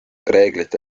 reeglite